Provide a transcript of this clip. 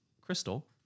crystal